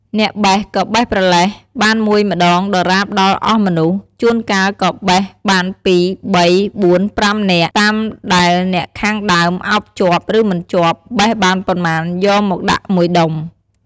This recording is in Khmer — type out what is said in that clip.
អ្នកបេះក៏បេះប្រលេះ បានមួយម្តងដរាបដល់អស់មនុស្ស ជួនកាលក៏បេះបាន ២ ៣ ៤ ៥ នាក់ តាមដែលអ្នកខាងដើមឱបជាប់ ឬមិនជាប់ បេះបានប៉ុន្មានយកមកដាក់១ដុំ។